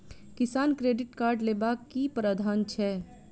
किसान credit card लेबाक की प्रावधान छै?